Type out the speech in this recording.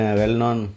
well-known